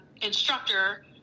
Instructor